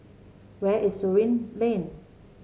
where is Surin Lane